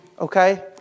Okay